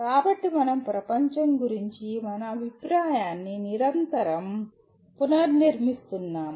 కాబట్టి మనం ప్రపంచం గురించి మన అభిప్రాయాన్ని నిరంతరం పునర్నిర్మిస్తున్నాము